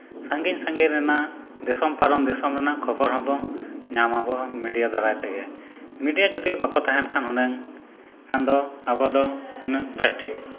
ᱥᱟᱺᱜᱤᱧ ᱥᱟᱺᱜᱤᱧ ᱨᱮᱱᱟᱜ ᱫᱤᱥᱚᱢ ᱯᱟᱨᱚᱢ ᱫᱤᱥᱚᱢ ᱨᱮᱱᱟᱜ ᱠᱷᱚᱵᱚᱨ ᱦᱚᱸ ᱵᱚᱱ ᱧᱟᱢ ᱟᱵᱚᱱ ᱢᱤᱰᱤᱭᱟ ᱫᱟᱨᱟᱭ ᱛᱮᱜᱮ ᱢᱤᱰᱤᱭᱟ ᱡᱩᱫᱤ ᱵᱟᱠᱚ ᱛᱟᱦᱮᱱ ᱠᱷᱟᱱ ᱦᱩᱱᱟᱹᱜ ᱟᱵᱚ ᱫᱚ ᱩᱱᱟᱹᱜ ᱵᱮᱥ ᱴᱷᱤᱠ